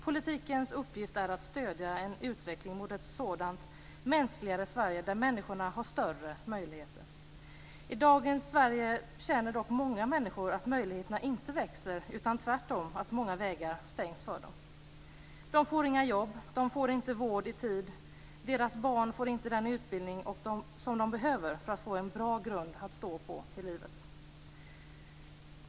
Politikens uppgift är att stödja en utveckling mot ett sådant mänskligare Sverige, där människorna har större möjligheter. I dagens Sverige känner dock många människor att möjligheterna inte växer, utan tvärtom, att många vägar stängs för dem. De får inga jobb. De får inte vård i tid. Deras barn får inte den utbildning som de behöver för att få en bra grund att stå på i livet.